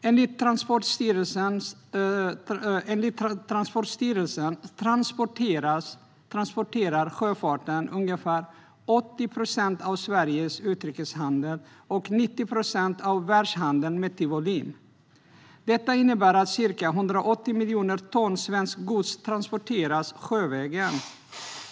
Enligt Transportstyrelsen transporterar sjöfarten ungefär 80 procent av Sveriges utrikeshandel och 90 procent av världshandeln mätt i volym. Detta innebär att ca 180 miljoner ton svenskt gods transporteras sjövägen.